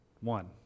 One